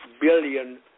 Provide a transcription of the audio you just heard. billion